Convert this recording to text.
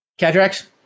Cadrex